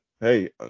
hey